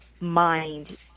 mind